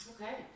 Okay